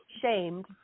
shamed